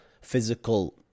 physical